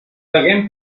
preguem